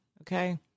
okay